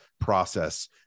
process